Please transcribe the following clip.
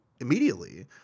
immediately